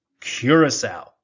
curacao